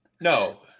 No